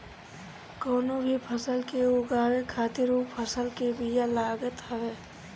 कवनो भी फसल के उगावे खातिर उ फसल के बिया लागत हवे